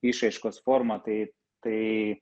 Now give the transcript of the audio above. išraiškos forma tai tai